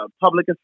public